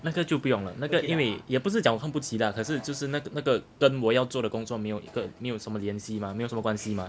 那个就不用了那个因为也不是讲我看不起啦可是就是那那个跟我要做的工作没有一个没有什么联系嘛没有什么关系嘛